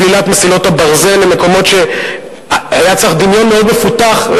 סלילת מסילות הברזל למקומות שהיה צריך דמיון מאוד מפותח.